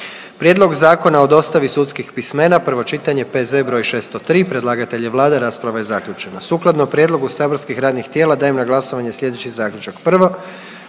Prijedlog Zakona o dostavi sudskih pismena, prvo čitanje, P.Z.E. br. 603, predlagatelj je Vlada, rasprava je zaključena. Sukladno prijedlogu saborskih radnih tijela dajem na glasovanje sljedeći zaključak: